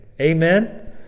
Amen